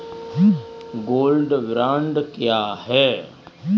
Gold bond क्या है?